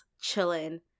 chilling